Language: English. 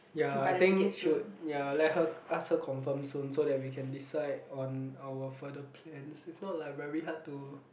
ya I think should ya let her ask her confirm soon so that we can decide on our further plans if not like very hard to